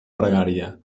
pregària